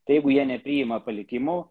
tai jeigu jie nepriima palikimo